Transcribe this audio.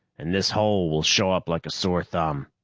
and this hole will show up like a sore thumb.